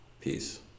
Peace